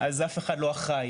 אז אף אחד לא אחראי.